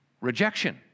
rejection